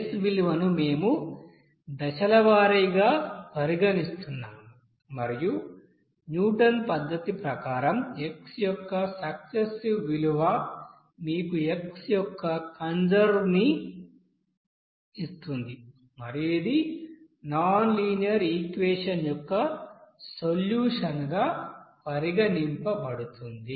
guess విలువను మేము దశల వారీగా పరిగణిస్తున్నాము మరియు న్యూటన్ పద్ధతి ప్రకారం x యొక్క సక్సెసివ్ విలువ మీకు x యొక్క కన్వర్జెన్స్ని ఇస్తుంది మరియు ఇది నాన్ లీనియర్ ఈక్వెషన్ యొక్క సొల్యూషన్ గా పరిగణించబడుతుంది